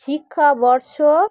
শিক্ষাবর্ষ